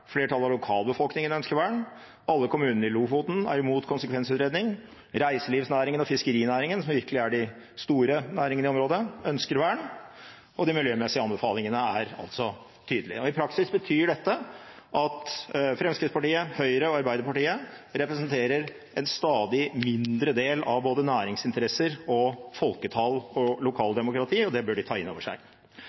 Flertallet av lokalbefolkningen ønsker vern. Alle kommunene i Lofoten er imot konsekvensutredning. Reiselivsnæringen og fiskerinæringen, som virkelig er de store næringene i området, ønsker vern. Og de miljømessige anbefalingene er tydelige. I praksis betyr dette at Fremskrittspartiet, Høyre og Arbeiderpartiet representerer en stadig mindre del av både næringsinteresser, folketall og lokaldemokrati, og det bør de ta inn over seg.